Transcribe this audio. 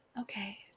okay